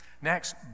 Next